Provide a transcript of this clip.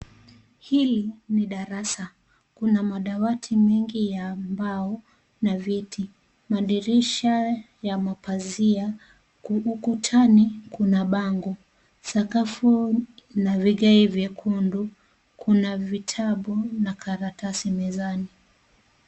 Hili ni darasa. Kuna madawati mengi ya mbao na viti. Madirisha ya mapazia. Ukutani kuna bango. Sakafu na vigae nyekundU.Kuna vitabu na karatasi mezani.